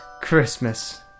Christmas